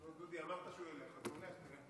דודי, אמרת שהוא ילך, אז הוא הולך.